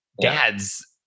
Dad's